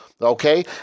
Okay